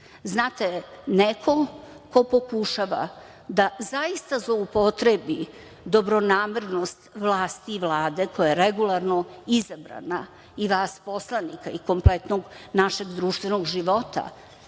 neko ko pokušava da zaista zloupotrebi dobronamernost vlasti i Vlade, koja je regularno izabrana, i vas poslanika i kompletnog našeg društvenog života,